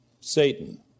Satan